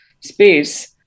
space